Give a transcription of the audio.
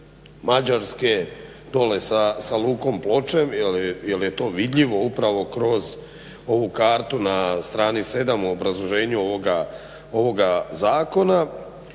Mađarske dolje sa lukom Ploče jer je to vidljivo upravo kroz ovu kartu na strani 7 u obrazloženju ovoga Zakona.